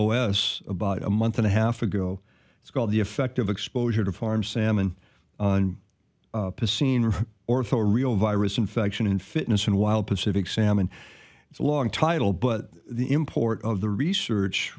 s about a month and a half ago it's called the effect of exposure to farmed salmon pacino or for real virus infection in fitness and wild pacific salmon it's a long title but the import of the research